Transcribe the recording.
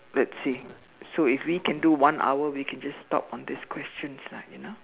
let's see so if we can do one hour we can just stop on this questions lah you know